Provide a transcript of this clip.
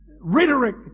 rhetoric